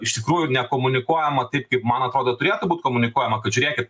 iš tikrųjų nekomunikuojama taip kaip man atrodo turėtų būt komunikuojama kad žiūrėkit